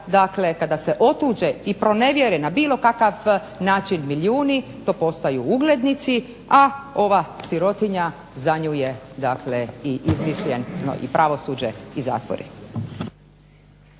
kada se otuđe i pronevjere na bilo kakav način milijuni to postaju uglednici, a ova sirotinja za nju je i izmišljeno i pravosuđe i zatvori.